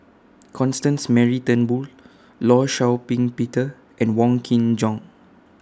Constance Mary Turnbull law Shau Ping Peter and Wong Kin Jong